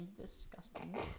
disgusting